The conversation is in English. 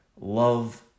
love